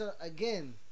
Again